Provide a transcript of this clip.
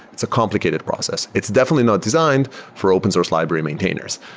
it's a complicated process. it's definitely not designed for open source library maintainers.